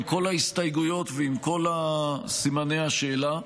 עם כל ההסתייגויות ועם כל סימני השאלה,